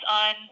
on